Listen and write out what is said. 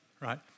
Right